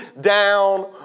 down